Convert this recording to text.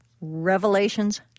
revelations